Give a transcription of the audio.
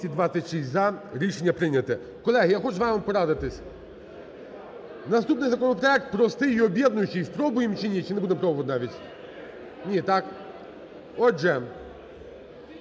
За-226 Рішення прийнято. Колеги, я хочу з вами порадитись. Наступний законопроект простий і об'єднуючий, спробуємо чи ні, чи не будемо пробувати навіть? Ні, так? Отже,